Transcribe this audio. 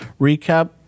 recap